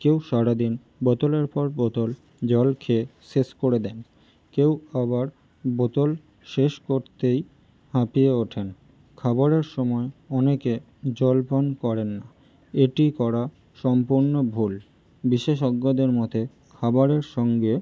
কেউ সারা দিন বোতলের পর বোতল জল খেয়ে শেষ করে দেন কেউ আবার বোতল শেষ করতেই হাঁফিয়ে ওঠেন খাবারের সময় অনেকে জল পান করেন না এটি করা সম্পূর্ণ ভুল বিশেষজ্ঞদের মতে খাবারের সঙ্গে